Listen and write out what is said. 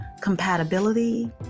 compatibility